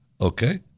Okay